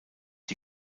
die